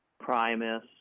Primus